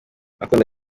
akunda